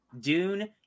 Dune